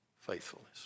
faithfulness